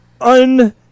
un-